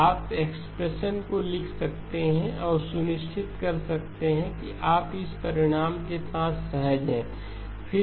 तो आप एक्सप्रेशन को लिख सकते हैं और सुनिश्चित कर सकते हैं कि आप इस परिणाम के साथ सहज हैं